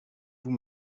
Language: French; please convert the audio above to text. vous